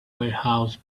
warehouse